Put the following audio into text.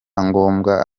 ngombwa